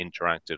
interactive